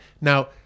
Now